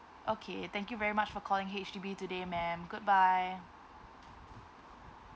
okay thank you very much for calling H_D_B today ma'am goodbye